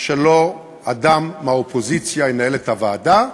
שלא אדם מהאופוזיציה ינהל את הוועדה,